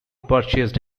purchased